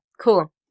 Cool